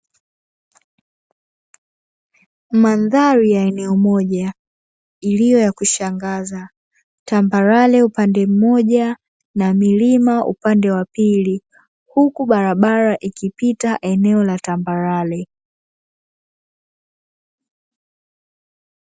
Mandhari ya eneo moja iliyo ya kushangaza tambarare upande mmoja na milima upande wa pili huku barabara ikipita eneo la tambarare.